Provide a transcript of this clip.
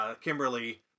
Kimberly